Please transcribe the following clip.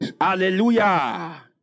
Hallelujah